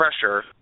pressure